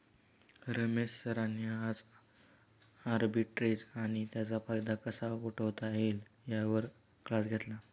रमेश सरांनी आज आर्बिट्रेज आणि त्याचा फायदा कसा उठवता येईल यावर क्लास घेतला